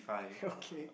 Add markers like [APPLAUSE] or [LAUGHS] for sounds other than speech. [LAUGHS] okay